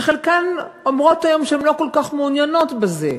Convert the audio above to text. שחלקן אומרות היום שהן לא כל כך מעוניינות בזה,